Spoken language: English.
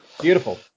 Beautiful